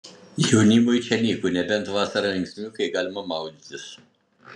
jaunimui čia nyku nebent vasarą linksmiau kai galima maudytis